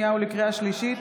לקריאה שנייה ולקריאה שלישית: